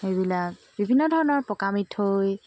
এইবিলাক বিভিন্ন ধৰণৰ পকামিঠৈ